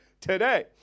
today